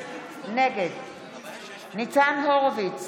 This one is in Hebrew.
נגד ניצן הורוביץ,